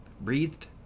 Breathed